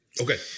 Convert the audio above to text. Okay